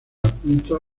apunta